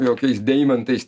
jokiais deimantais